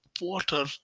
water